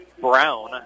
Brown